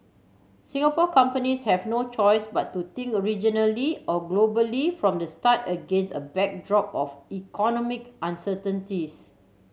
Singapore companies have no choice but to think regionally or globally from the start against a backdrop of economic uncertainties